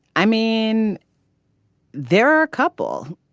i mean there are a couple.